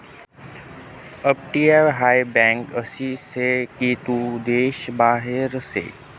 अपटीया हाय बँक आसी से की तू देश बाहेर से